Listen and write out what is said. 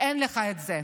אין לך את זה.